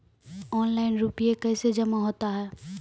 Online रुपये कैसे जमा होता हैं?